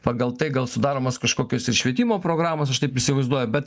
pagal tai gal sudaromos kažkokios ir švietimo programos aš taip įsivaizduoju bet